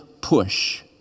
push